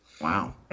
Wow